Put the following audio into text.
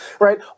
right